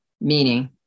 meaning